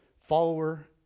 follower